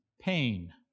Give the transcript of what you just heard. Pain